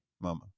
mama